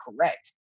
correct